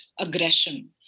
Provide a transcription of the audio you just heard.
aggression